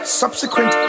subsequent